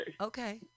Okay